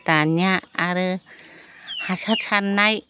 दानिया आरो हासार सारनाय